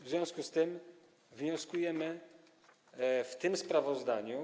W związku z tym wnioskujemy w tym sprawozdaniu.